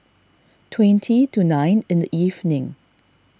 twenty to nine in the evening